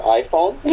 iPhone